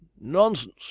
Nonsense